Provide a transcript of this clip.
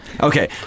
Okay